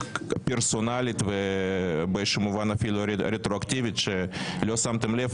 פרסונלית ואפילו רטרואקטיבית שלא שמתם לב,